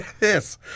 yes